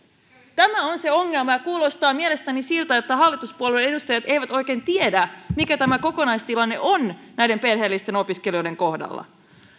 tämä on se ongelma ja kuulostaa mielestäni siltä että hallituspuolueiden edustajat eivät oikein tiedä mikä kokonaistilanne on näiden perheellisten opiskelijoiden kohdalla